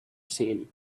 seen